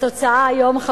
התוצאה היום היא,